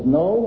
no